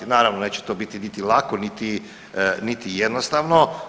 Naravno neće to biti niti lako, niti jednostavno.